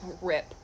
rip